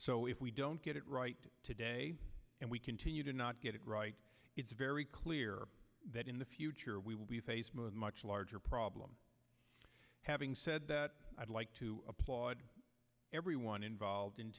so if we don't get it right today and we continue to not get it right it's very clear that in the future we will be faced with much larger problem having said that i'd like to applaud everyone involved